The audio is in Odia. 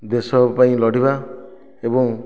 ଦେଶ ପାଇଁ ଲଢ଼ିବା ଏବଂ